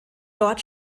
dort